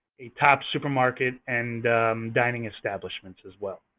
a top supermarket, and dining establishments as well.